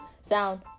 sound